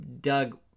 Doug